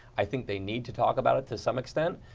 i think they need to talk about it to some extent.